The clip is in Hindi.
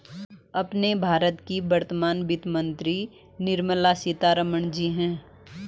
अपने भारत की वर्तमान वित्त मंत्री निर्मला सीतारमण जी हैं